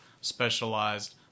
specialized